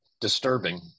disturbing